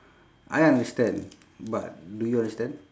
I understand but do you understand